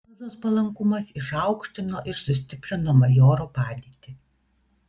elzos palankumas išaukštino ir sustiprino majoro padėtį